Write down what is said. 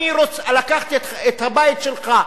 לקחתי את הבית שלך,